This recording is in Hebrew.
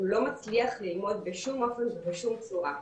הוא לא מצליח ללמוד בשום אופן ובשום צורה.